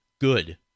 good